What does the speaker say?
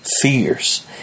fears